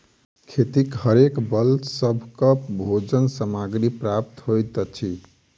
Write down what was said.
खेतिहरेक बल पर सभक भोजन सामग्री प्राप्त होइत अछि